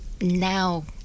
now